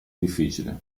difficile